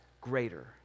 greater